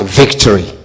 victory